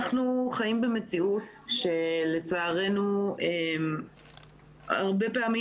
אנחנו חיים במציאות שלצערנו הרבה פעמים